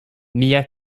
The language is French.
mia